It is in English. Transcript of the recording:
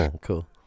Cool